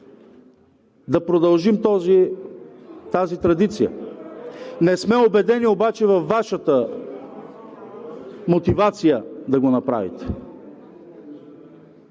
да продължим тази традиция. Не сме убедени обаче във Вашата мотивация да го направите.